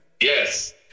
Yes